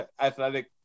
athletic